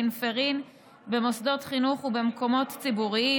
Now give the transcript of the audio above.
אפינפרין במוסדות חינוך ובמקומות ציבוריים,